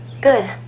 Good